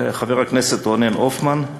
חבר הכנסת רונן הופמן,